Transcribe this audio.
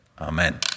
Amen